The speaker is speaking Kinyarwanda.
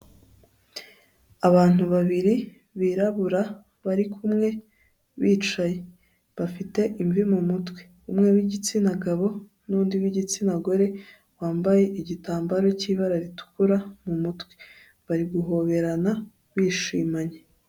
Abantu babiri birabura, bari kumwe bicaye, bafite imvi mu mutwe, umwe w'igitsina gabo, n'undi w'igitsina gore, wambaye igitambaro cy'ibara ritukura mu mutwe, bari guhoberana bishimanye.